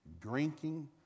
drinking